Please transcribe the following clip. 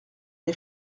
les